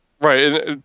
Right